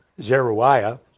Zeruiah